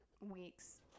weeks